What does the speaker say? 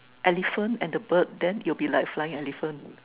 elephant and the bird then it'll be like flying elephant